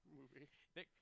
Movie